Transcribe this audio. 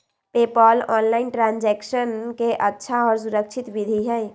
PayPal online transaction के अच्छा और सुरक्षित विधि हई